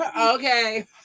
okay